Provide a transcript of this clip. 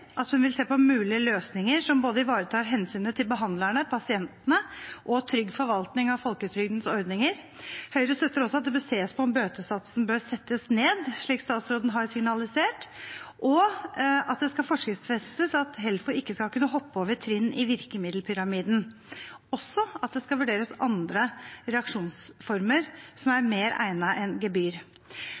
at hun vil se på mulige løsninger som ivaretar hensynet til både behandlerne, pasientene og trygg forvaltning av folketrygdens ordninger. Høyre støtter også at det bør ses på om bøtesatser bør settes ned, slik statsråden har signalisert, og at det skal forskriftsfestes at Helfo ikke skal kunne hoppe over trinn i virkemiddelpyramiden. Høyre støtter også at det skal vurderes andre reaksjonsformer som er mer egnet enn gebyr.